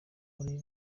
muri